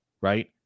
right